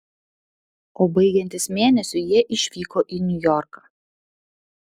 o baigiantis mėnesiui jie išvyko į niujorką